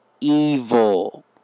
evil